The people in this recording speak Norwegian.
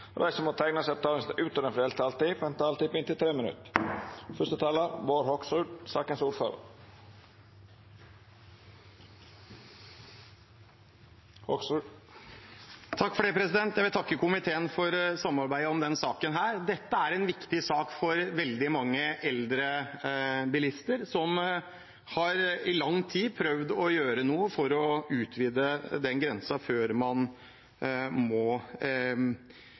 og dei som måtte teikna seg på talarlista utover den fordelte taletida, får òg ei taletid på inntil 3 minutt. Jeg vil takke komiteen for samarbeidet om denne saken. Dette er en viktig sak for veldig mange eldre bilister, som i lang tid har prøvd å gjøre noe for å utvide grensen for når man må